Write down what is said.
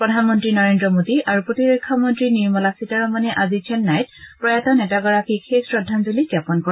প্ৰধানমন্ত্ৰী নৰেন্দ্ৰ মোডী আৰু প্ৰতিৰক্ষা মন্ত্ৰী নিৰ্মলা সীতাৰমণে আজি চেন্নাইত প্ৰয়াত নেতাগৰাকীক শেষ শ্ৰদ্ধাঞ্জলি জাপন কৰে